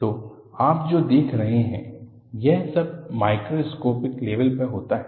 तो आप जो देख रहे है यह सब माइक्रोस्कोपिक लेवल पर होता है